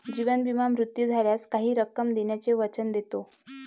जीवन विमा मृत्यू झाल्यास काही रक्कम देण्याचे वचन देतो